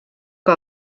que